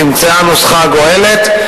נמצאה הנוסחה הגואלת.